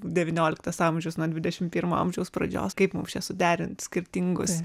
devynioliktas amžius nuo dvidešimt pirmo amžiaus pradžios kaip mums čia suderint skirtingus